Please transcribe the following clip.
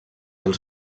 els